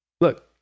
Look